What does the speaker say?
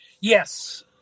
Yes